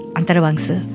antarabangsa